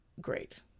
great